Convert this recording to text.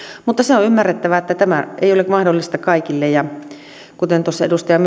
mutta se on ymmärrettävä että tämä ei ole mahdollista kaikille kuten tuossa edustaja